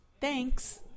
Thanks